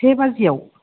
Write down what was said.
से बाजियाव